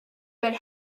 but